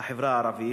בחברה הערבית,